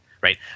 right